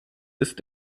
ist